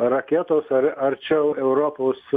raketos ar arčiau europos